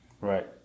Right